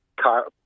car